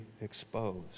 exposed